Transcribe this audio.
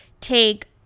take